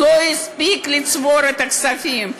לא הספיק לצבור את הכספים.